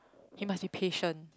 he must be patient